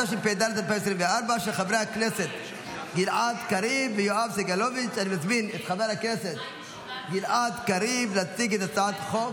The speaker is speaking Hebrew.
התשפ"ד 2024. אני מזמין את חבר הכנסת גלעד קריב להציג את הצעת החוק,